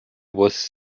was